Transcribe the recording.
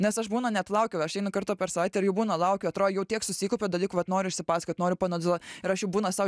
nes aš būna net laukiau aš einu kartą per savaitę ir jau būna laukiu atrodo jau tiek susikaupė dalykų vat noriu išsipasakot noriu paanalizuot ir aš jau būna sau